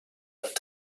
and